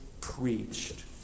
preached